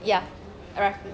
ya alright